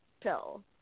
pill